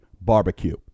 Barbecue